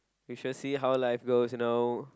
we should see how life goes you know